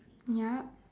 yup